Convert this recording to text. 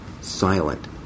silent